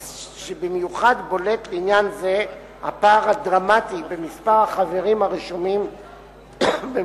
ובמיוחד בולט לעניין זה הפער הדרמטי בין מספר החברים הרשומים במחוז